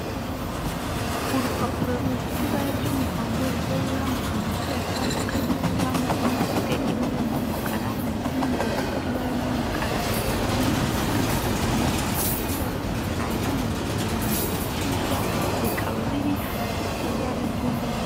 Urupapuro rufite ibara ry'umuhondo rugiye ruriho amagambo agiye atandukanye ruriho amazina afite ibara ry'umukara n'imibare ifite ibara ry'umukara handitseho amagambo agira ati," Ntayandi mafaranga wishyuzwa," bikaba biri hasi ku ibara ry'umweru.